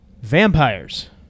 Vampires